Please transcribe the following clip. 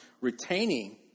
retaining